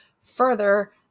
further